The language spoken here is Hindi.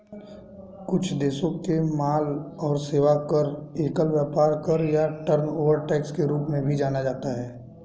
कुछ देशों में माल और सेवा कर, एकल व्यापार कर या टर्नओवर टैक्स के रूप में भी जाना जाता है